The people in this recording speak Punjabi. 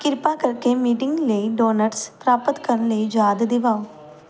ਕਿਰਪਾ ਕਰਕੇ ਮੀਟਿੰਗ ਲਈ ਡੋਨਟਸ ਪ੍ਰਾਪਤ ਕਰਨ ਲਈ ਯਾਦ ਦਿਵਾਓ